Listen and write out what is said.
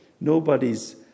Nobody's